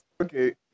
Okay